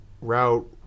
route